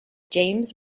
james